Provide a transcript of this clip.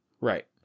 Right